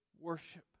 worship